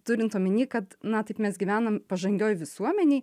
turint omeny kad na taip mes gyvenam pažangioj visuomenėj